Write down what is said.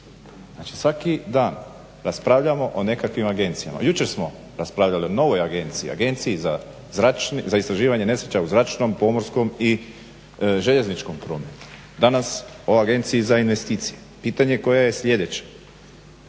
Znači, svaki dan raspravljamo o nekakvim agencijama. Jučer smo raspravljali o novoj agenciji, Agenciji za istraživanje nesreća u zračnom, pomorskom i željezničkom prometu. Danas o Agenciji za investicije. Pitanje je koja je sljedeća.